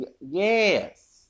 Yes